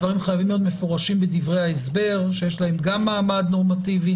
הדברים חייבים להיות מפורשים בדברי ההסבר שיש להם גם מעמד נורמטיבי,